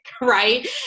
right